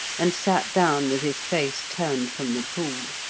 and sat down with his face turned from the pool.